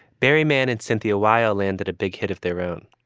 barry mann and cynthia wild landed a big hit of their own,